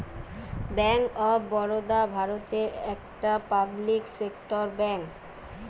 bank of Baroda ভারতের একটা public sector bank